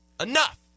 enough